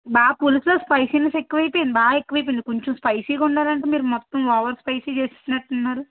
బా పులుసులో స్పైసీనెస్ ఎక్కువ అయిపోయింది బాగా ఎక్కువ అయిపోయింది కొంచెం స్పైసీగా ఉండాలంటే మీరు మొత్తం ఓవర్ స్పైసీ చేసేసినట్టు ఉన్నారు